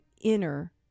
inner